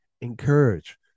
encourage